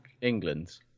England